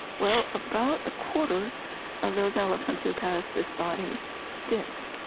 well, about a quarter of those elephants who passed this body did,